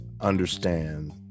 understand